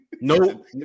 No